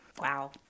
Wow